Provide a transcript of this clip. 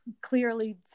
clearly